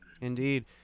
Indeed